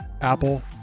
Apple